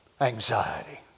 anxiety